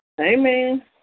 Amen